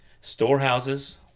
storehouses